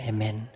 Amen